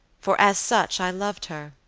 for as such i loved her.